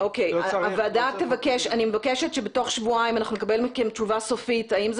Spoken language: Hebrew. אני מבקשת שבתוך שבועיים נקבל מכם תשובה סופית האם זה